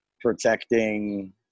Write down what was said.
protecting